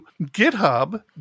GitHub